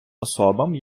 особам